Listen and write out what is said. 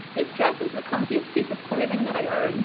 this dress is the comfiest piece of clothing that i own.